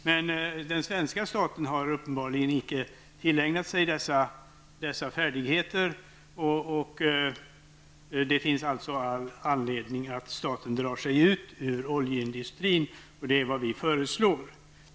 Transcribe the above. Men den svenska staten har uppenbarligen icke tillägnat sig dessa färdigheter. Det finns således all anledning för staten att dra sig ur svensk oljeindustri. Detta är vad vi föreslår.